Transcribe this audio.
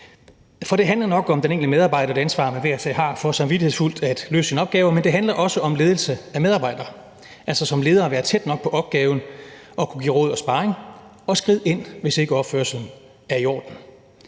For det handler nok om den enkelte medarbejder og det ansvar, man hver især har, for samvittighedsfuldt at løse sin opgave, men det handler også om ledelse af medarbejdere, altså som leder at være tæt nok på opgaven og kunne give råd og sparring og skride ind, hvis ikke opførslen er i orden.